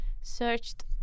searched